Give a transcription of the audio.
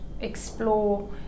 explore